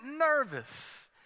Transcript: nervous